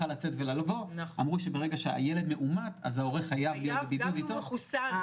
אז ההורה חייב להיות בבידוד ביחד איתו.